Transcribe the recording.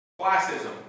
classism